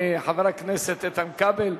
חבר הכנסת איתן כבל,